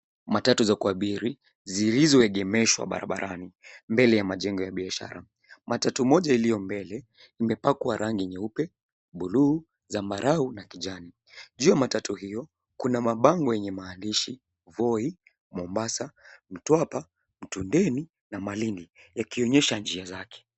Matatu za kuabiri zilizoegemeshwa barabarani mbele ya majengo ya biashara. Matatu moja iliyo mbele imepakwa rangi nyeupe, bluu, zambarau na kijani. Juu ya matatu hiyo kuna mabango yenye maandishi Voi, Mombasa, Mtwapa, Mtondeni na Malindi yakionyesha njia zake.